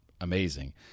amazing